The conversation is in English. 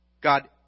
God